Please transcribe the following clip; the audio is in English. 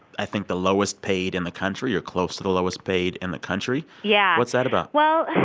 i think, the lowest paid in the country or close to the lowest paid in the country yeah what's that about? well,